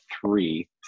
three